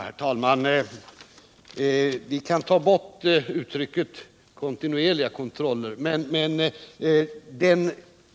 Herr talman! Vi kan slopa uttrycket ”kontinuerliga kontroller”.